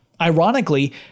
Ironically